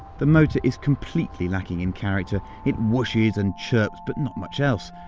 the motor is completely lacking in character. it whooshes and chirps, but not much else.